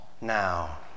Now